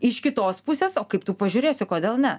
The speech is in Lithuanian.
iš kitos pusės o kaip tu pažiūrėsi kodėl ne